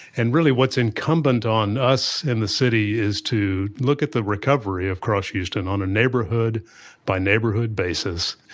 and really what's incumbent on us in the city is to look at the recovery across houston on a neighborhood by neighborhood basis,